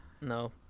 No